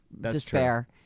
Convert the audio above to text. despair